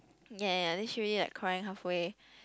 ya ya ya then she already like crying halfway